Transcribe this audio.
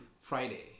friday